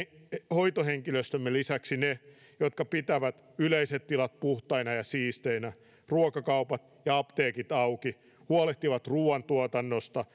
hoitohenkilöstömme lisäksi ne jotka pitävät yleiset tilat puhtaina ja siisteinä ruokakaupat ja apteekit auki huolehtivat ruoantuotannosta